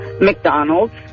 McDonald's